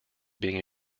being